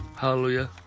hallelujah